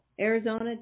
Arizona